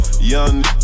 Young